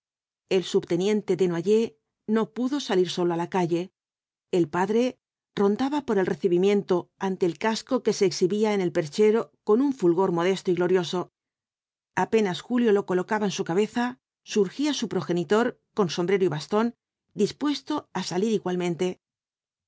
el subteniente desnoyers no pudo salir solo á la calle el padre rondaba por el recibimien to ante el casco que se exhibía en el perchero con un fulgor modesto y glorioso apenas julio lo colocaba en su cabeza surgía su progenitor con sombrero y bastón dispuesto á salir igualmente